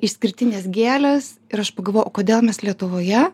išskirtinės gėlės ir aš pagalvojau o kodėl mes lietuvoje